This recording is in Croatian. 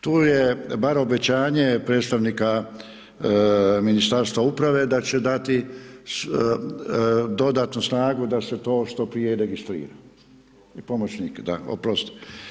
Tu je bar obećanje predstavnika Ministarstva uprave, da će dati dodatnu snagu da se to što prije registrira i pomoćnika, oprosti.